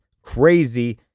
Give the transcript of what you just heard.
crazy